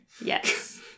Yes